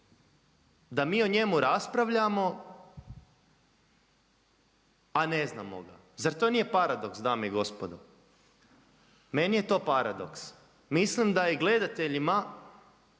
da mi o njemu raspravljamo, a ne znamo ga. Zar to nije paradoks dame i gospodo? Meni je to paradoks. Mislim da i gledateljima